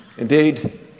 Indeed